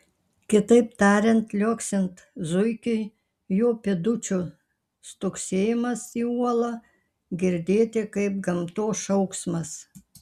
kitaip tariant liuoksint zuikiui jo pėdučių stuksėjimas į uolą girdėti kaip gamtos šauksmas